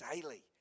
daily